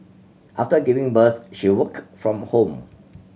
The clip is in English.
after giving birth she worked from home